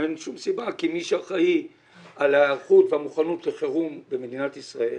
מי שאחראי על היערכות והמוכנות לחירום במדינת ישראל,